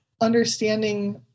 understanding